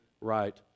right